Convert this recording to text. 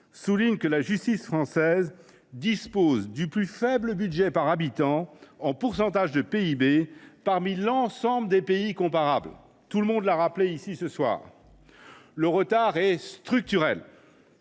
souligne que la justice française dispose du plus faible budget par habitant, en pourcentage de PIB, de l’ensemble des pays comparables. Tous les orateurs l’ont rappelé ici ce soir : le retard est structurel.